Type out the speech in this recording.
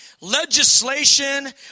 legislation